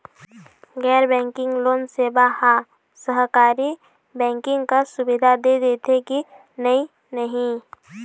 गैर banking loan सेवा हा सरकारी बैंकिंग कस सुविधा दे देथे कि नई नहीं?